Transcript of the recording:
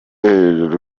hejuru